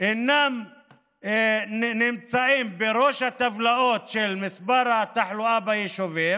אינם נמצאים בראש הטבלאות של מספרי התחלואה ביישובים